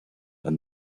and